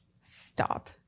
stop